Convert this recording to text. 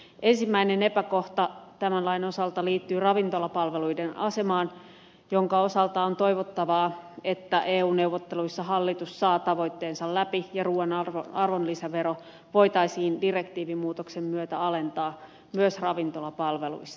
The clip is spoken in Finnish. ensimmäinen epäkohta tämän lain osalta liittyy ravintolapalveluiden asemaan jonka osalta on toivottavaa että eu neuvotteluissa hallitus saa tavoitteensa läpi ja ruuan arvonlisävero voitaisiin direktiivimuutoksen myötä alentaa myös ravintolapalveluissa